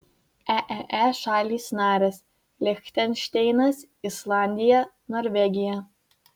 eee šalys narės lichtenšteinas islandija norvegija